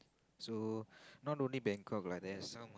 so not only Bangkok lah there are some